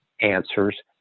answers